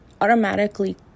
automatically